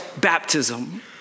baptism